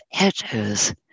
edges